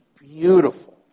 beautiful